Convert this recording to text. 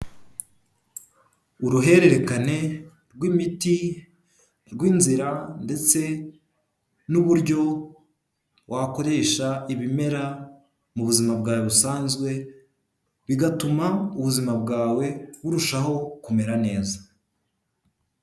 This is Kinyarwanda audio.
Uruhererekane rw'imiti rw'inzira ndetse n'uburyo wakoresha ibimera mu buzima bwawe busanzwe, bigatuma ubuzima bwawe burushaho kumera neza.